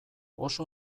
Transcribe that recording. oso